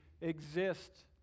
exist